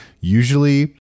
usually